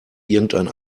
irgendein